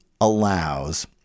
allows